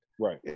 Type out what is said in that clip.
Right